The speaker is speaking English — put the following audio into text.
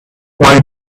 why